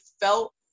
felt